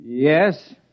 Yes